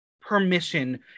permission